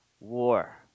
war